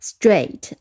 Straight